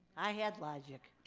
i had logic.